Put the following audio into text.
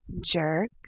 Jerk